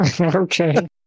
Okay